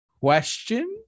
Question